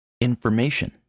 information